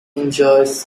enjoys